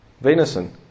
venison